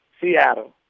Seattle